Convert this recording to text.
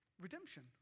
redemption